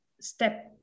step